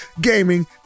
gaming